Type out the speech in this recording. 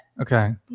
Okay